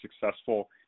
successful